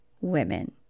women